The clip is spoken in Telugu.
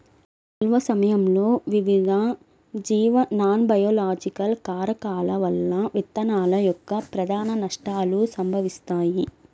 నిల్వ సమయంలో వివిధ జీవ నాన్బయోలాజికల్ కారకాల వల్ల విత్తనాల యొక్క ప్రధాన నష్టాలు సంభవిస్తాయి